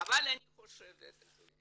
הצהרות לא עולות כסף.